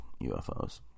UFOs